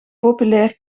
populair